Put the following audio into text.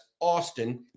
Austin